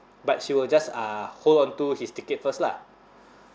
but she will just uh hold on to his ticket first lah